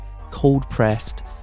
cold-pressed